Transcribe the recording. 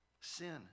sin